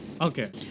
Okay